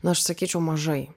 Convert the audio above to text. na aš sakyčiau mažai